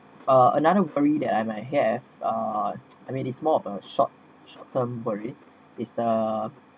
uh another worry that I might have uh I mean it's more of a short short term worried is the